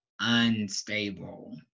unstable